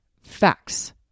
facts